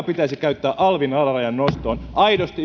pitäisi käyttää alvin alarajan nostoon aidosti